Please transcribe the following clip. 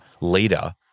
leader –